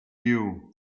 you